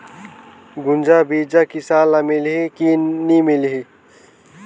गुनजा बिजा किसान ल मिलही की नी मिलही?